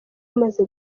bamaze